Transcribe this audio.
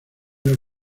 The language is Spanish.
los